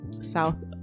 south